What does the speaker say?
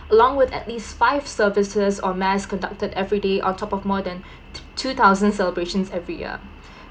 along with at least five services or mass conducted everyday on top of more than t~ two thousand celebrations every year